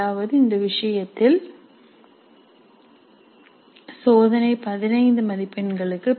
அதாவது இந்த விஷயத்தில் சோதனை 15 மதிப்பெண்களுக்கு